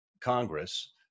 Congress